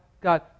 God